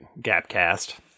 Gapcast